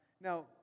Now